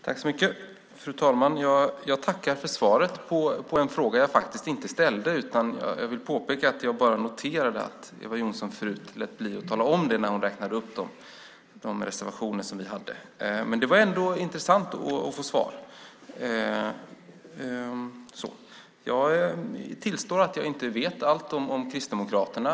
Fru talman! Jag tackar för svaret på en fråga som jag faktiskt inte ställt. Jag vill påpeka att jag bara noterade att Eva Johnsson förut lät bli att tala om HBT-personerna när hon räknade upp förslagen i våra reservationer. Det var ändå intressant att få ett svar. Ja, jag tillstår att jag inte vet allt om Kristdemokraterna.